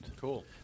Cool